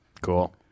Cool